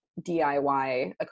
DIY